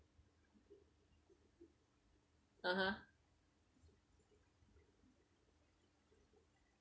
(uh huh)